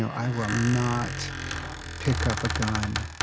so i will not pick up a gun.